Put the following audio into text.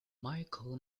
michael